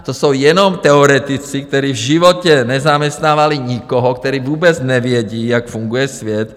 To jsou jenom teoretici, kteří v životě nezaměstnávali nikoho, kteří vůbec nevědí, jak funguje svět.